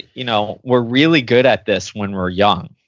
you know we're really good at this when we're young.